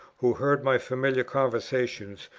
who heard my familiar conversation,